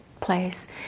place